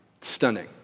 Stunning